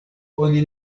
oni